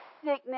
sickness